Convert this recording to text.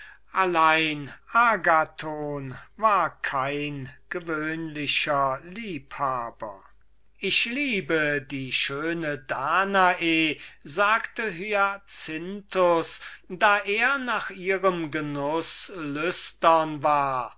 agathon war kein gewöhnlicher liebhaber ich liebe die schöne danae sagte hyacinthus da er nach ihrem genuß lüstern war